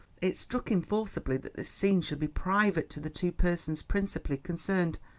it struck him forcibly that this scene should be private to the two persons principally concerned.